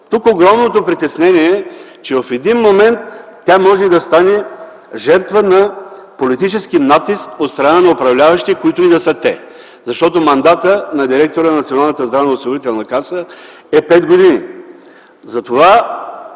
Тук огромното притеснение е, че в един момент тя може да стане жертва на политически натиск от страна на управляващите, които и да са те, защото мандатът на директора на Националната здравноосигурителна каса е пет години.